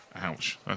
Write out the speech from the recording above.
Ouch